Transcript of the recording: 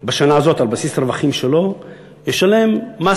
בשנה הזאת על בסיס רווחים שלו ישלם מס